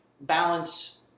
balance